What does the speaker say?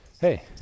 Hey